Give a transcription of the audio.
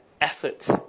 effort